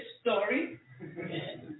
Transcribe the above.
story